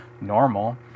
normal